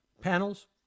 panels